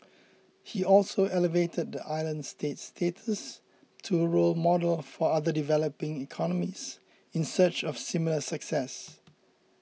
he also elevated the island state's status to a role model for other developing economies in search of similar success